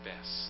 best